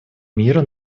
мира